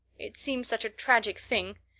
it seems such a tragic thing.